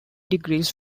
degrees